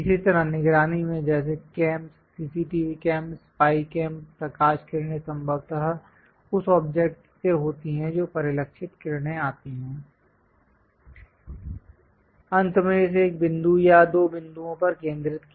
इसी तरह निगरानी में जैसे cam CCTV cam spy cam प्रकाश किरणें संभवतः उस ऑब्जेक्ट से होती हैं जो परिलक्षित किरणें आती हैं अंत में इसे एक बिंदु या दो बिंदुओं पर केंद्रित किया